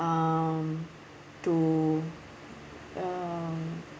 um to um